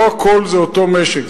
לא הכול זה אותו משק.